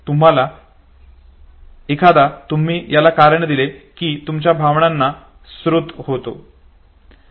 आणि एकदा तुम्ही याला कारण दिले की ते तुमच्या भावनांचा स्रोत होतो